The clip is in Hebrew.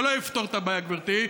זה לא יפתור את הבעיה, גברתי.